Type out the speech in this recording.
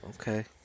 Okay